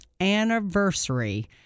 anniversary